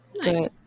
Nice